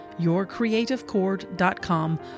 yourcreativecord.com